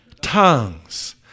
tongues